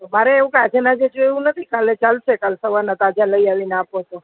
મારે એવું આજે અને આજે જોઈએ એવું નથી કાલે ચાલશે કાલે સવારના તાજા લઈ આવીને આપો તો